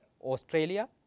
Australia